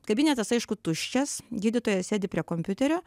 kabinetas aišku tuščias gydytojas sėdi prie kompiuterio